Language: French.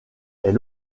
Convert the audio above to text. est